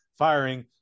firing